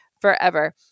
forever